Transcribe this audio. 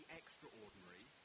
extraordinary